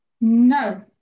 No